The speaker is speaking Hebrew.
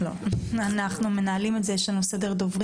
אנחנו מנהלים את זה, ויש לנו סדר דוברים.